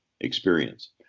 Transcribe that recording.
experience